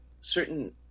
certain